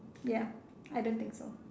ya I don't think so